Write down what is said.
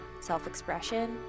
self-expression